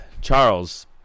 Charles